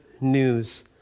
news